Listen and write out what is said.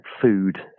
food